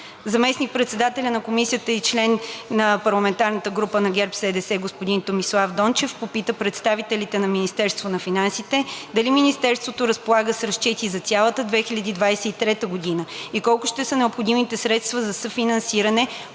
Заместник-председателят на Комисията и член на парламентарната група на ГЕРБ-СДС господин Томислав Дончев попита представителите на Министерството на финансите дали Министерството разполага с разчети за цялата 2023 г. и колко ще са необходимите средства за съфинансиране